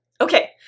Okay